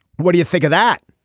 what do you think of that.